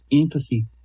empathy